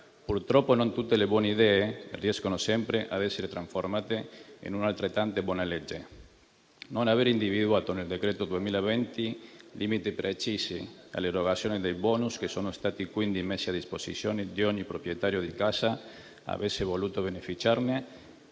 Purtroppo, non tutte le buone idee riescono sempre ad essere trasformate in una legge altrettanto buona. Non aver individuato nel provvedimento del 2020 limiti precisi all'erogazione dei *bonus,* che sono stati quindi messi a disposizione di ogni proprietario di casa che avesse voluto beneficiarne,